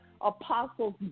apostles